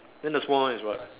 then the smaller one is what